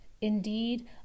indeed